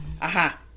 aha